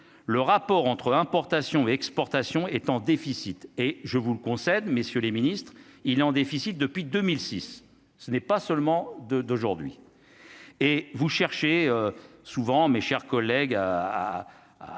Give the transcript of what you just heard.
le rapport entre importations et exportations est en déficit, et je vous le concède, messieurs les Ministres, il en déficit depuis 2006, ce n'est pas seulement de d'aujourd'hui. Et vous cherchez souvent mes chers collègues, à